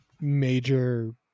major